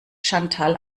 chantal